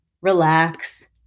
relax